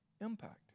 impact